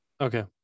Okay